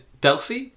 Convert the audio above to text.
Delphi